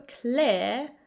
clear